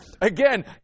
again